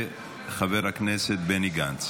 וחבר הכנסת בני גנץ